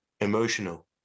emotional